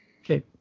Okay